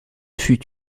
fut